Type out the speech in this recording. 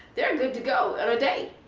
they're good to go in a day.